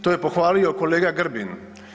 To je pohvalio kolega Grbin.